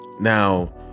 now